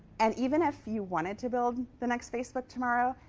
and even if you wanted to build the next facebook tomorrow,